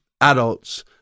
adults